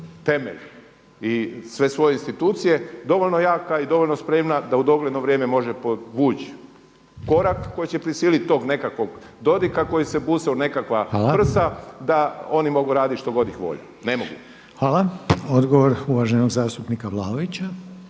temelj i sve svoje institucije dovoljno jaka i dovoljno spremna da u dogledno vrijeme može povući korak koji će prisiliti tog nekakvog Dodiga koji se buse u nekakva prsa da oni mogu raditi što god ih je volja, ne mogu. **Reiner, Željko (HDZ)** Hvala. Odgovor uvaženog zastupnika Vlaovića.